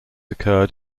occurred